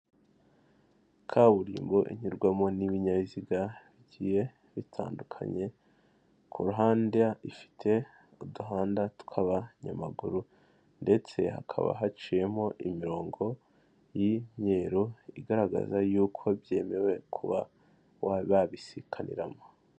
Kaburimbo inyurwamo n'ibinyabiziga bigiye bitandukanye, ku ruhanda ifite uduhanda tw'abanyamaguru ndetse hakaba haciyemo imirongo y'imyeru igaragaza yuko byemewe kuba babisikaniramo.